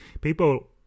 people